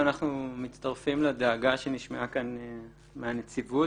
אנחנו מצטרפים לדאגה שנשמעה כאן מהנציבות.